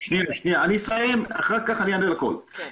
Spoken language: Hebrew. אני אסיים ואני אענה על הכול אחר כך.